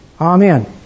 Amen